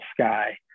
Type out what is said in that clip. sky